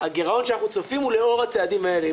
הגרעון שאנחנו צופים הוא לאור הצעדים האלה.